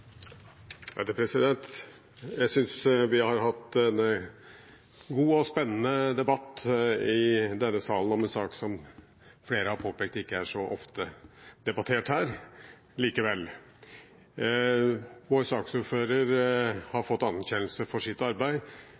spennende debatt i denne salen om en sak som – som flere har påpekt – ikke så ofte er debattert her. Likevel: Vår saksordfører har fått anerkjennelse for sitt arbeid.